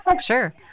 Sure